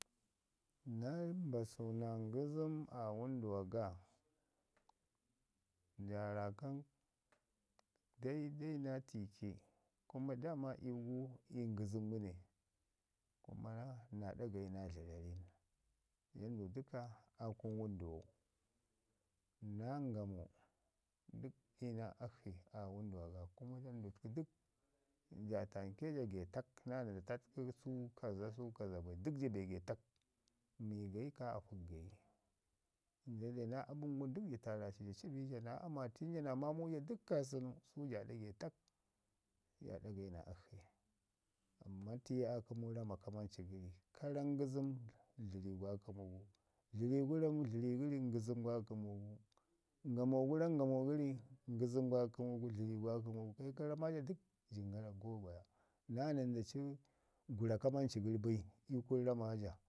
Na mbasu naa ngəzəm aa wən duwa ga, ja raakan daidai na tiike kuma daama iyu gu iyu ngəzəm gu ne amma na naa ɗa gayi naa dlərarin jandau dək aa kunu wənduwau, naa ngamo dək naa akshi aa wənduwa ga gu kuma jandutku dək ja tamke ja getak naa nən da tatki su kaza- su kaza bai, dək ja be getak, mi gayi ka afək gayi, Nda deu naa abən gun dək ja taraci ja ci bi ja naa amatu ja naa maamu ja dək kaasənu, su ja ɗa getak ja ɗa gayi naa akshi amman tiye aa kəmu rama kamanci gəri, ka ramu ngəzəm dləri gu aa kəmu gu, ngamo gu ramu ngamo gəri ngəzəm gu aa kəmugu, dləri gu aa kəmu gu. Dləri gu ramu dləri gəri ngəzəm aa kəmu gu. ngamo gu ramu nagamo gəri ngəzəm gu aa kəmu dləri gu aa kəmu. kai ka rama ja dək jin gara go baya. Naa nən daci gwa kamanci gəri bai ii kunu rama ja,